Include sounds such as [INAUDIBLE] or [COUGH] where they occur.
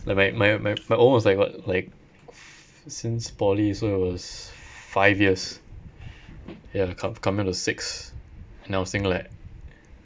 like my my my my old one was like what like [NOISE] since poly so it was five years yeah come coming to six and I was thinking like